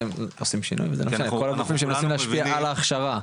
כל הגופים שמנסים להשפיע על ההכשרה.